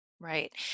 Right